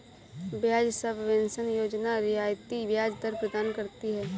ब्याज सबवेंशन योजना रियायती ब्याज दर प्रदान करती है